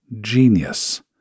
genius